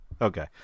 okay